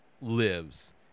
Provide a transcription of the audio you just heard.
lives